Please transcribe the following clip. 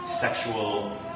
sexual